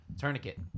Tourniquet